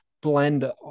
blend